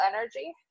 energy